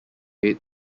aid